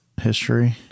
History